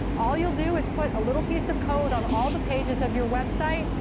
all you'll do is put a little piece of code on all the pages of your website.